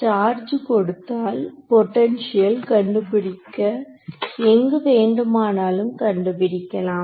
charge கொடுத்தால் potential கண்டுபிடிக்க எங்கு வேண்டுமானாலும் கண்டுபிடிக்கலாம்